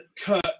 Kirk